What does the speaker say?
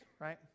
right